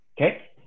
Okay